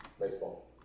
Baseball